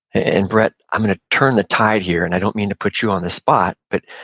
and brett, i'm gonna turn the tide here, and i don't mean to put you on the spot, but